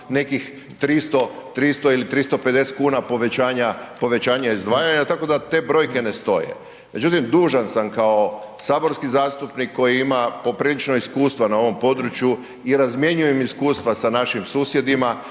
nekih 300 ili 350 povećanja izdvajanja, tako da te brojke ne stoje. Međutim, dužan sam kao saborski zastupnik koji ima poprilično iskustva na ovom području i razmjenjujem iskustva sa našim susjedima,